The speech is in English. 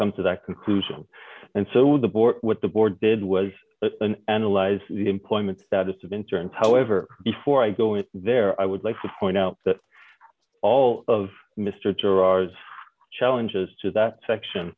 come to that conclusion and so when the board with the board did was an analyze the employment status of interns however before i go in there i would like to point out that all of mr girard challenges to that section